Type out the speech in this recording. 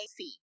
AC